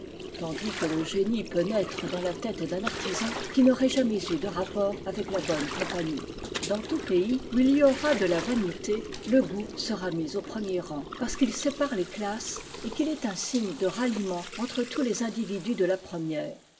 tandis que le génie peut naître dans la tête d'un artisan qui n'aurait jamais eu de rapport avec la bonne compagnie dans tout pays chez les anciens l'aigle qui s'envolait du bûcher était emmème de l'immortalité de l'âme et souvent même de l'apothéose du mm où il y aura de la vanité le goût sera mis au premier rang parce qu'il sépare les classes et qu'il est un signe de ralliement entre tous les individus de la première